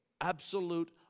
Absolute